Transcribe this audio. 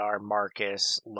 Marcus